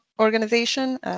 organization